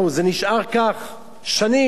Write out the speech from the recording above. זה נשאר כך שנים.